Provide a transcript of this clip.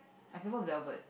I prefer Velvet